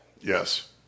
Yes